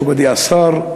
מכובדי השר,